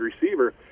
receiver